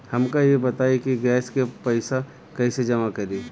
हमका ई बताई कि गैस के पइसा कईसे जमा करी?